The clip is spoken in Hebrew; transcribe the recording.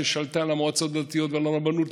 ששלטה על המועצות הדתיות ועל הרבנות,